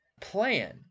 plan